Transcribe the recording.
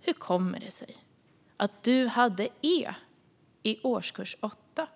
Hur kommer det sig att du hade E i årskurs 8?